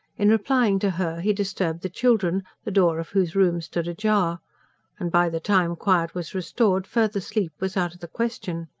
in replying to her he disturbed the children, the door of whose room stood ajar and by the time quiet was restored, further sleep was out of the question.